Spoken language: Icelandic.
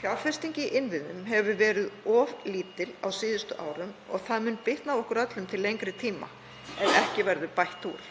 Fjárfesting í innviðum hefur verið of lítil á síðustu árum og það mun bitna á okkur öllum til lengri tíma ef ekki verður bætt úr.